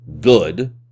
good